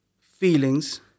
feelings